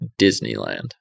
disneyland